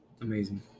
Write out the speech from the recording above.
amazing